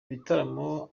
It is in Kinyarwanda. bitaramo